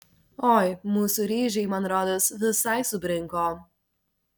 oi mūsų ryžiai man rodos visai subrinko